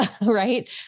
right